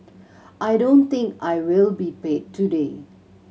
I don't think I will be paid today